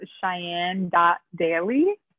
Cheyenne.Daily